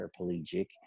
paraplegic